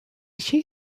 she